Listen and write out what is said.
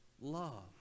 love